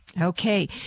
Okay